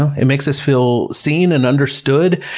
it makes us feel seen and understood,